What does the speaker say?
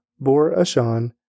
Bor-Ashan